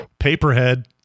Paperhead